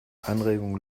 anregungen